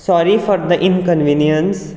sorry for the inconvenience